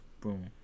boom